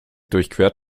durchquert